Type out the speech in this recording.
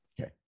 Okay